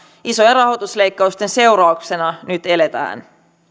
isojen rahoitusleikkausten seurauksena nyt eletään